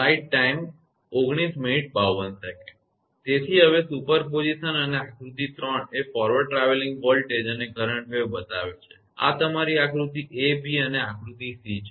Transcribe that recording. તેથી હવે સુપરપોઝિશન અને આકૃતિ 3 એ ફોરવર્ડ ટ્રાવેલિંગ વોલ્ટેજ અને કરંટ વેવ બતાવે છે આ તમારી આકૃતિ a b અને આકૃતિ c છે